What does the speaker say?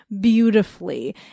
beautifully